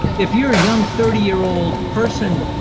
if you're a young thirty year old person,